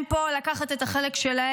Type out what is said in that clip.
הם פה כדי לקחת את החלק שלהם,